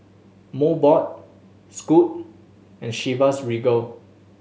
Mobot Scoot and Chivas Regal